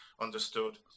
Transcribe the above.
understood